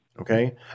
Okay